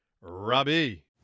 Robbie